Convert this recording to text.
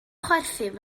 chwerthin